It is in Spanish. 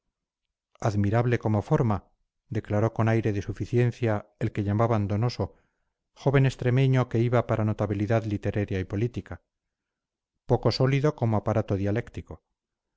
admirable como forma declaró con aire de suficiencia el que llamaban donoso joven extremeño que iba para notabilidad literaria y política poco sólido como aparato dialéctico